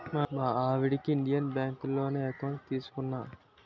మా ఆవిడకి ఇండియన్ బాంకులోనే ఎకౌంట్ తీసుకున్నా